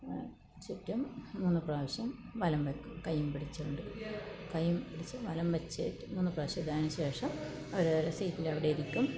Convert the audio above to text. ചുറ്റും മൂന്നു പ്രാവശ്യം വലം വയ്ക്കും കയ്യും പിടിച്ചുകൊണ്ട് കയ്യും പിടിച്ച് വലം വെച്ച് മൂന്നു പ്രാവശ്യം അതിനുശേഷം അവരവരുടെ സീറ്റിലവിടെ ഇരിക്കും